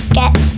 get